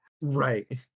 Right